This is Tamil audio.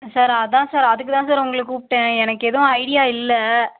சார் அதான் சார் அதுக்கு தான் சார் உங்களை கூப்பிட்டேன் எனக்கு எதுவும் ஐடியா இல்லை